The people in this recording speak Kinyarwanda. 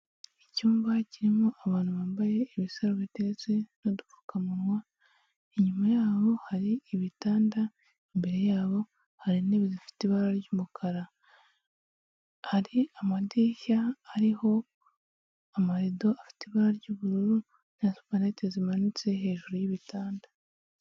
Icyumba kirimo abantu bambaye ibisarubeti ndetse n'udupfukamunwa, inyuma yabo hari ibitanda, imbere yabo hari intebe zifite ibara ry'umukara, hari amadirishya ariho amarido afite ibara ry'ubururu na supanete zimanitse hejuru y'ibitanda.